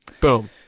Boom